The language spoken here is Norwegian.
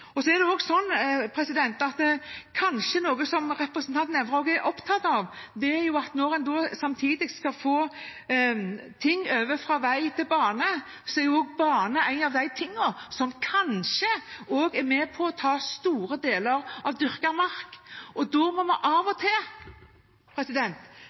kanskje også representanten Nævra er opptatt av, er at når man samtidig skal få ting over fra vei til bane, er bane noe av det som kanskje også er med på å ta store deler av dyrket mark. Da må vi av og